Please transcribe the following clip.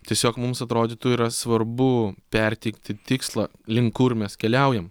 tiesiog mums atrodytų yra svarbu perteikti tikslą link kur mes keliaujam